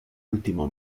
último